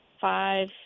five